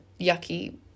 yucky